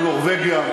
נורבגיה,